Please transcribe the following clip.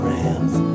hands